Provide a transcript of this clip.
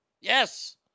Yes